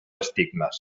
estigmes